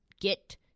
Get